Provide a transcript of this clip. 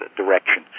direction